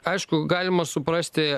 aišku galima suprasti